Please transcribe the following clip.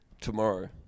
Tomorrow